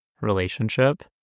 relationship